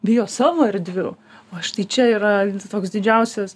bijo savo erdvių va štai čia yra toks didžiausias